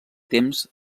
temps